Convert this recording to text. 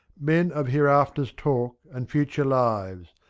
men of hereafters talk, and future lives,